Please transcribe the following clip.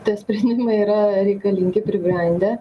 tie sprendimai yra reikalingi pribrendę